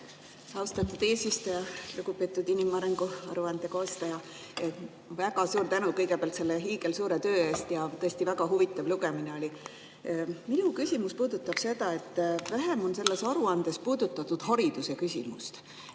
Austatud eesistuja! Lugupeetud inimarengu aruande koostaja, väga suur tänu kõigepealt selle hiigelsuure töö eest! Tõesti väga huvitav lugemine oli. Minu küsimus puudutab seda, et vähem on selles aruandes puudutatud hariduse [teemat].